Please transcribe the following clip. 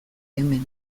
hemen